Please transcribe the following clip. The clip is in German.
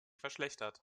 verschlechtert